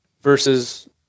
versus